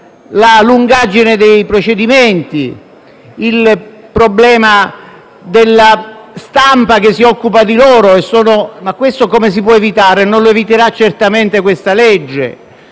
la lungaggine dei procedimenti, il problema della stampa che si occupa di loro. Ma questo come si può evitare? Non lo eviterà certamente questo disegno